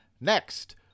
Next